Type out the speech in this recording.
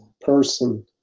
person